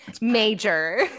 Major